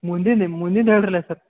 ಮುಂದಿನ್ದ ಮುಂದಿನ ಹೇಳ್ರಲ್ಲ ಸರ್